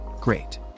Great